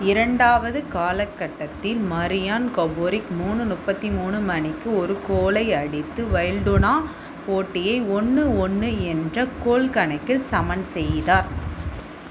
இரண்டாவது காலகட்டத்தில் மரியான் கபோரிக் மூணு முப்பத்தி மூணு மணிக்கு ஒரு கோலை அடித்து வைல்டுனா போட்டியை ஒன்று ஒன்று என்ற கோல் கணக்கில் சமன் செய்தார்